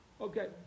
okay